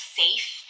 safe